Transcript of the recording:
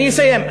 אני אסיים.